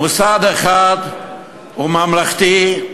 מוסד אחד הוא ממלכתי,